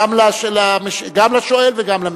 גם לשואל וגם למשיב.